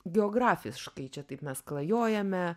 geografiškai čia taip mes klajojame